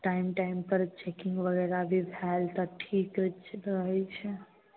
time time पर करैत छथिन वगैरह जे खाएल तऽ ठीक रहैत छनि